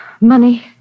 Money